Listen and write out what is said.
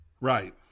Right